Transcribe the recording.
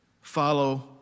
follow